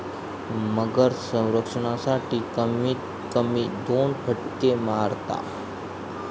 मगर संरक्षणासाठी, कमीत कमी दोन फटके मारता